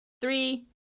three